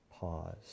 Pause